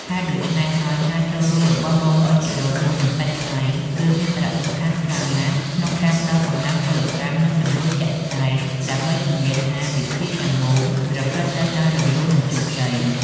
ហេតុដូច្នេះហើយ ការចូលរួមរបស់បងប្អូនជីដូនមួយ និងសាច់ថ្លៃ គឺមានសារៈសំខាន់ខ្លាំងណាស់ក្នុងការផ្តល់កម្លាំងពលកម្ម និងជំនួយជាក់ស្តែង ដើម្បីធានាថាពិធីទាំងមូលប្រព្រឹត្តទៅដោយរលូន និងជោគជ័យ។